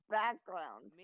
background